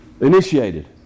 initiated